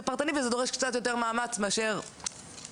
פרטני וזה דורש קצת יותר מאמץ מאשר חוזר